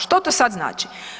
Što to sad znači?